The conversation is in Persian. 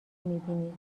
میبینید